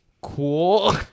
Cool